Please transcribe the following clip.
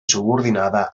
subordinada